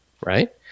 right